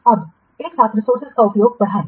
अब एक साथ रिसोर्सेजों का उपयोग बढ़ाएं